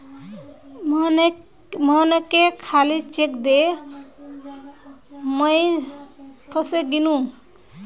मोहनके खाली चेक दे मुई फसे गेनू